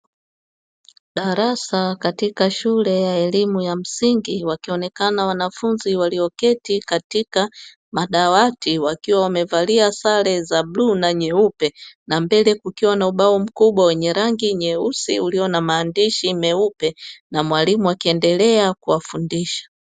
Darasa katika shule ya elimu ya msingi wakionekana wanafunzi walioketi katika madawati wakiwa wamevalia sare za blue na nyeupe na mbele kukiwa na ubao mkubwa wenye rangi nyeusi ulio na maandishi meupe na mwalimu akiendelea kuwafundisha.